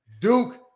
Duke